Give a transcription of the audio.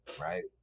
right